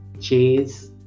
Cheers